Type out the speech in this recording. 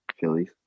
Phillies